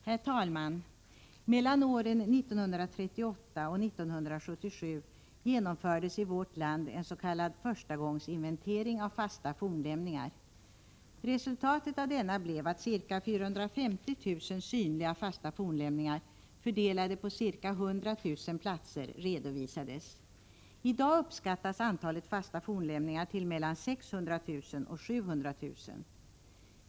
Herr talman! Mellan åren 1938 och 1977 genomfördes i vårt land en s.k. förstagångsinventering av fasta fornlämningar. Resultatet av denna blev att ca 450 000 synliga fasta fornlämningar, fördelade på ca 100 000 platser, redovisades. I dag uppskattas antalet fasta fornlämningar till mellan 600 000 och 700 000.